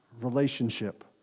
relationship